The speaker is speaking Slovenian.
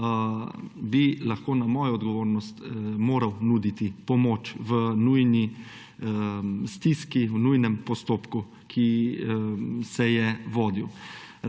bi lahko na mojo odgovornost moral nuditi pomoč v nujni stiski, v nujnem postopku, ki se je vodil.